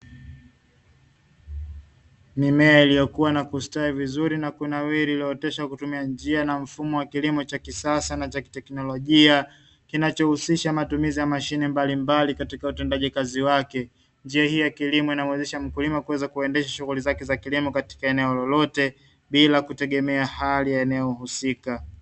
Mimea iliyokua na kustawi vizuri na kunawiri, iliyooteshwa kwa kutumia njia na mfumo wa kilimo cha kisasa na cha kiteknolojia, kinachohusisha matumizi ya mashine mbalimbali katika utendaji kazi wake. Njia hii ya kilimo inamuwezesha mkulima kuweza kuendesha shughuli zake za kilimo katika eneo lolote, bila kutegemea hali ya eneo husika.